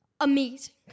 amazing